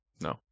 no